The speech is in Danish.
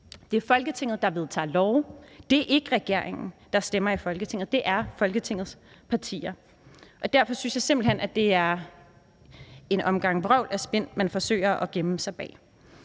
Det er Folketinget, der vedtager love. Det er ikke regeringen, der stemmer i Folketinget. Det er Folketingets partier. Derfor synes jeg simpelt hen, det er en omgang vrøvl og spin, man forsøger at gemme sig bag.